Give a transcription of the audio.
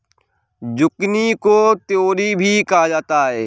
zucchini को तोरी भी कहा जाता है